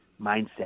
mindset